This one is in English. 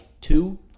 two